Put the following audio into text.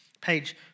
page